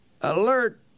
Alert